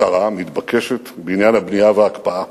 קצרה, מתבקשת, בעניין הבנייה וההקפאה.